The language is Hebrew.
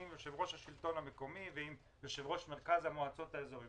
עם יושב-ראש מרכז השלטון המקומי ועם יושב-ראש מרכז המועצות האזוריות.